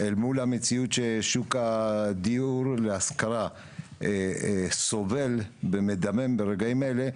אל מול המציאות ששוק הדיור להשכרה סובל ומדמם ברגעים אלה,